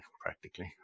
practically